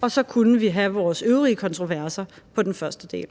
og så kunne vi have vores øvrige kontroverser på den første del.